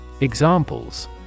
Examples